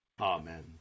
Amen